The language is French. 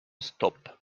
stop